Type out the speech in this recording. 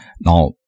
Now